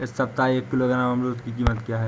इस सप्ताह एक किलोग्राम अमरूद की कीमत क्या है?